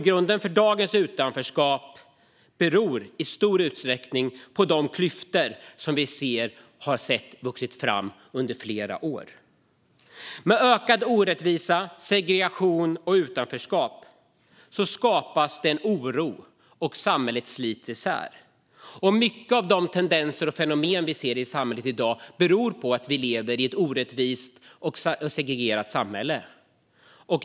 Dagens utanförskap beror i stor utsträckning på de klyftor som vi har sett växa fram under flera år. Med ökad orättvisa, segregation och utanförskap skapas en oro, och samhället slits isär. Mycket av de tendenser och fenomen vi ser i samhället i dag beror på att vi lever i ett orättvist och segregerat samhälle.